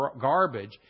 garbage